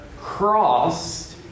crossed